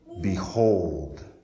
Behold